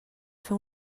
fer